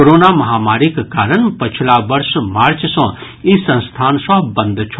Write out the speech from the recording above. corona महामारीक कारण पछिला वर्ष मार्च सँ ई संस्थान सभ बंद छल